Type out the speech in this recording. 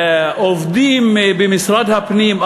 עובדים במשרד הפנים,